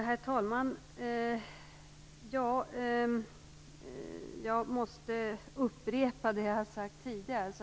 Herr talman! Jag måste upprepa vad jag tidigare sagt.